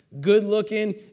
good-looking